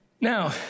Now